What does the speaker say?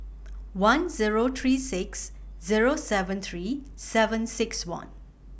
one Zero three six Zero seven three seven six one